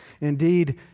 Indeed